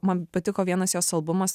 man patiko vienas jos albumas